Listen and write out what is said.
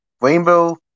rainbow